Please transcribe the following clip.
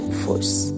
force